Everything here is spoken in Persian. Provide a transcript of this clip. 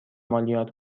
مالیات